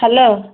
hello